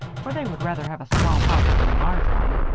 for they would rather have a small house than a large one.